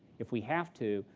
if we have to,